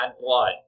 blood